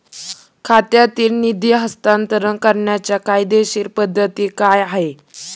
खात्यातील निधी हस्तांतर करण्याची कायदेशीर पद्धत काय आहे?